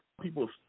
people